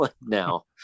now